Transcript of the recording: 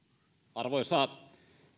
arvoisa